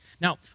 Now